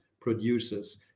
producers